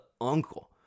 uncle